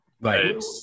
Right